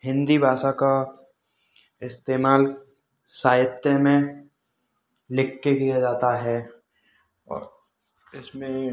हिन्दी भाषा का इस्तेमाल साहित्य में लिखकर किया जाता है और इसमें